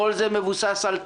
כל זה מבוסס על תרומות.